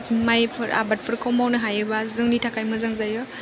माइफोर आबादफोरखौ मावनो हायोबा जोंनि थाखाय मोजां जायो